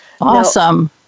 Awesome